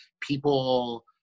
people